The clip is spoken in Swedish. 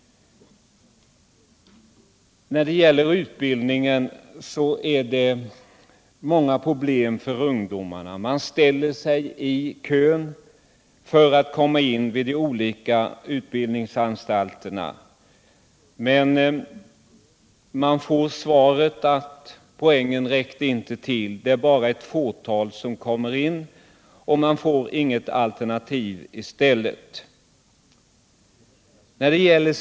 När det gäller utbildning är det många problem för ungdomarna. De ställer sig i kö för att komma in vid olika utbildningsanstalter, men de får svaret att poängen inte räcker till. Det är ett fåtal som kommer in, och de andra får inga alternativ.